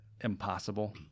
impossible